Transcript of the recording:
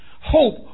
Hope